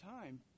time